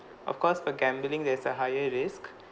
of course for gambling there's a higher risk